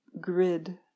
grid